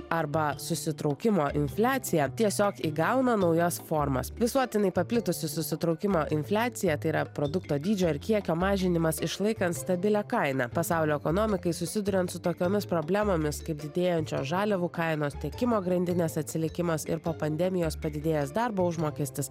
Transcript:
arba susitraukimo infliacija tiesiog įgauna naujas formas visuotinai paplitusi susitraukimo infliacija tai yra produkto dydžio ar kiekio mažinimas išlaikant stabilią kainą pasaulio ekonomikai susiduriant su tokiomis problemomis kaip didėjančios žaliavų kainos tiekimo grandinės atsilikimas ir po pandemijos padidėjęs darbo užmokestis